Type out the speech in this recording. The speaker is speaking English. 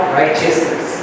righteousness